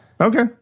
Okay